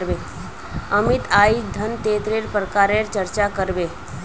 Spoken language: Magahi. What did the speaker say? अमित अईज धनन्नेर प्रकारेर चर्चा कर बे